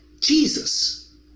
Jesus